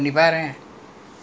and india comes along